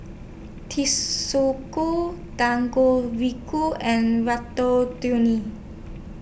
Dangojiru and Ratatouille